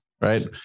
Right